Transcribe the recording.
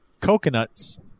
coconuts